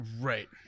Right